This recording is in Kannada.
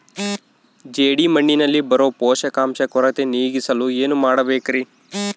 ಜೇಡಿಮಣ್ಣಿನಲ್ಲಿ ಬರೋ ಪೋಷಕಾಂಶ ಕೊರತೆ ನೇಗಿಸಲು ಏನು ಮಾಡಬೇಕರಿ?